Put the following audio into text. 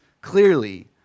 clearly